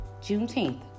Juneteenth